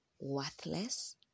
worthless